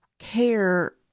care